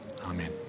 Amen